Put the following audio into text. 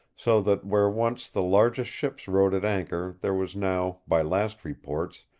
so that where once the largest ships rode at anchor there was now, by last reports,